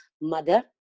mother